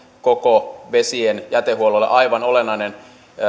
koko vesien jätehuollolle aivan olennainen